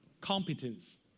competence